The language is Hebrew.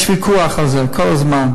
יש ויכוח על זה כל הזמן.